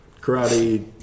karate